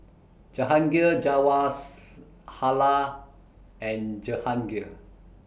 Jahangir Jawaharlal and Jehangirr